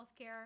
healthcare